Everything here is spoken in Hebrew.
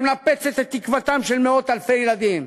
שמנפצת את תקוותם של מאות-אלפי ילדים.